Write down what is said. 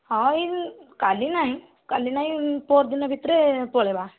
ହଁ ଏଇ କାଲି ନାହିଁ କାଲି ନାହିଁ ପହର ଦିନ ଭିତରେ ପଳେଇବା